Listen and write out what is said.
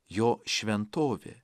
jo šventovė